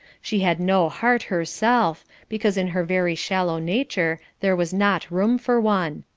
she had no heart herself, because in her very shallow nature there was not room for one.